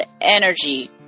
energy